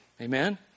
Amen